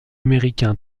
américain